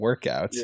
workouts